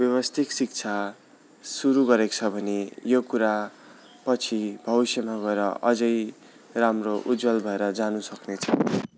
व्यवस्थित शिक्षा सुरु गरेको छ भने यो कुरा पछि भविष्यमा गएर अझै राम्रो उज्ज्वल भएर जानु सक्नेछ